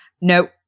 no